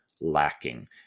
lacking